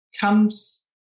comes